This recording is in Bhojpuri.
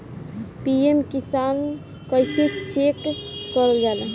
पी.एम किसान कइसे चेक करल जाला?